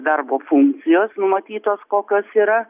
darbo funkcijos numatytos kokios yra